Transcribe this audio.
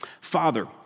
Father